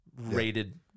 rated